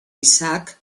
isaac